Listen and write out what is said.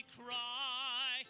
cry